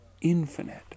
infinite